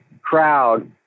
crowd